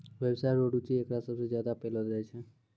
व्यवसाय रो रुचि एकरा सबसे ज्यादा पैलो जाय छै